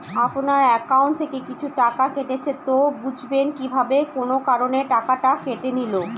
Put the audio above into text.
আপনার একাউন্ট থেকে কিছু টাকা কেটেছে তো বুঝবেন কিভাবে কোন কারণে টাকাটা কেটে নিল?